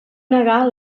negar